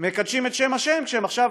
מקדשים את שם השם כשהם עכשיו